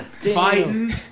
Fighting